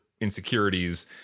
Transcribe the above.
insecurities